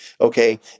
Okay